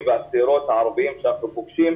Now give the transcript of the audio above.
והצעירות הערביים שאנחנו פוגשים,